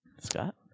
Scott